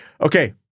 Okay